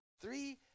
Three